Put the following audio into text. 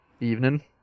Evening